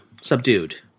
subdued